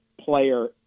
player